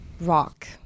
rock